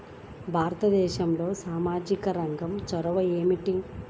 భారతదేశంలో సామాజిక రంగ చొరవ ఏమిటి?